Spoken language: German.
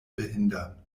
behindern